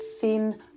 thin